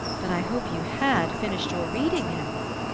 but i hope you had finished your reading, henry?